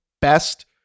best